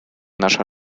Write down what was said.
наша